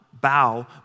bow